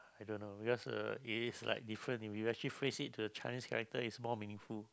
I don't know because uh it is like different if you actually phrase it to the Chinese character it's more meaningful